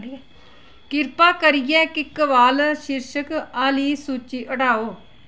किरपा करियै किकबाल शीर्शक आह्ली सूची हटाओ